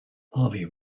hervey